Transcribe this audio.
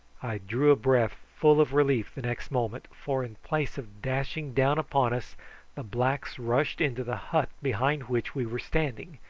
i drew a breath full of relief the next moment, for in place of dashing down upon us the blacks rushed into the hut behind which we were standing,